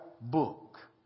book